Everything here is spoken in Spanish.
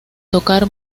tocar